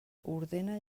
ordena